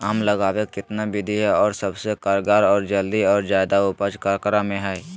आम लगावे कितना विधि है, और सबसे कारगर और जल्दी और ज्यादा उपज ककरा में है?